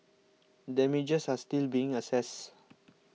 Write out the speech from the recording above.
damages are still being assessed